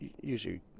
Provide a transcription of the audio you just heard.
usually